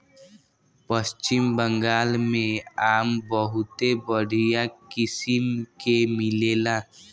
पश्चिम बंगाल में आम बहुते बढ़िया किसिम के मिलेला